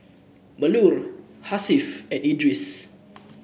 Melur Hasif and Idris